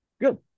good